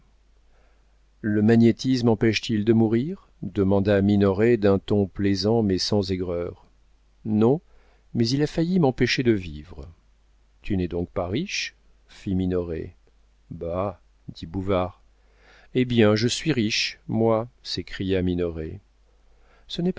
le magnétisme empêche t il de mourir demanda minoret d'un ton plaisant mais sans aigreur non mais il a failli m'empêcher de vivre tu n'es donc pas riche fit minoret bah dit bouvard eh bien je suis riche moi s'écria minoret ce